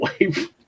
wave